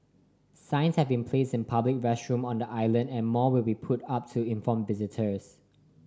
signs have been placed in public restrooms on the island and more will be put up to inform visitors